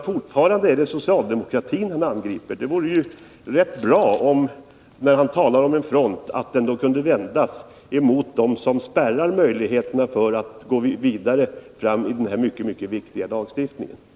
Fortfarande är det socialdemokratin som han angriper. När Lars-Ove Hagberg talar om en front, så vore det bra om den kunde vändas mot dem som spärrar möjligheterna att föra detta mycket viktiga lagstiftningsarbete vidare.